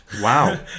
Wow